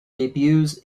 debuts